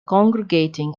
congregating